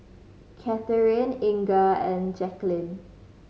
Katheryn Inga and Jaqueline